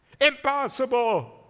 Impossible